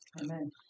Amen